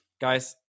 guys